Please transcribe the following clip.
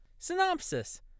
Synopsis